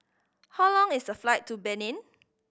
how long is the flight to Benin